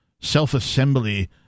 self-assembly